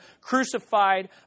crucified